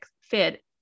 fit